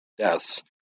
deaths